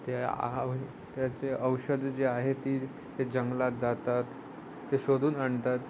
त्याचे औषध जे आहे ती ते जंगलात जातात ते शोधून आणतात